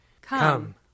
Come